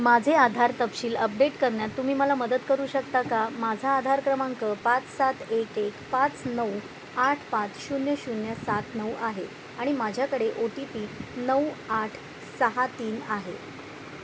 माझे आधार तपशील अपडेट करण्यात तुम्ही मला मदत करू शकता का माझा आधार क्रमांक पाच सात एक एक पाच नऊ आठ पाच शून्य शून्य सात नऊ आहे आणि माझ्याकडे ओ टी पी नऊ आठ सहा तीन आहे